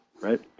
right